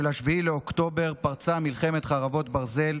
7 באוקטובר, פרצה מלחמת חרבות ברזל,